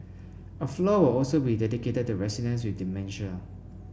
a floor will also be dedicated to residents with dementia